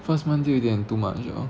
first month 就有点 too much liao